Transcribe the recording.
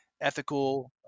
ethical